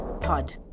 Pod